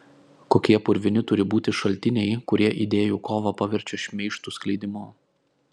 kokie purvini turi būti šaltiniai kurie idėjų kovą paverčia šmeižtų skleidimu